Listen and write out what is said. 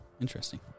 Interesting